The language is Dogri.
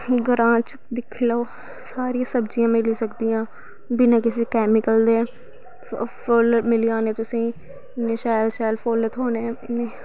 ग्रांऽ च दिक्खी लैओ सारियां सब्जियां मिली सकदियां बिना किसे कैमीकल दे फुल्ल मिली जाने तुसें इन्ने शैल शैल फुल्ल थ्होने